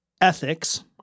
ethics